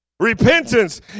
repentance